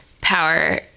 power